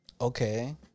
Okay